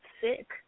sick